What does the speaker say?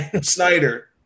Snyder